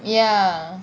ya